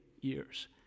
years